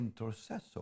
intercessor